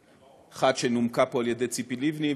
אחת נומקה פה על ידי ציפי לבני,